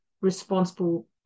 responsible